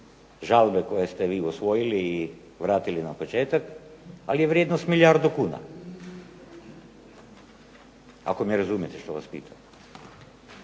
žalbe koje ste vi usvojili i vratili na početak, ali je vrijednost milijardu kuna. Ako me razumijete što vas pitam.